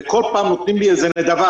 וכל פעם נותנים לי עוד נדבה